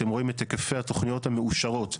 אתם רואים את היקפי התוכניות המאושרות.